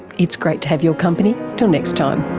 it's great to have your company, till next time